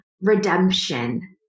redemption